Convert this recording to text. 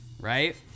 Right